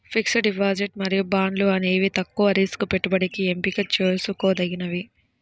fixed deposit మరియు బాండ్లు అనేవి తక్కువ రిస్క్ పెట్టుబడికి ఎంపిక చేసుకోదగినవి